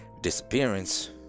disappearance